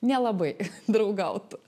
nelabai draugautų